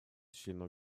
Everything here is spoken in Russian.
членов